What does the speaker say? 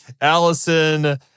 Allison